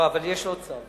לא, אבל יש עוד צו.